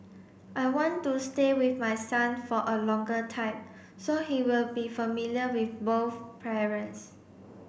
I want to stay with my son for a longer time so he will be familiar with both parents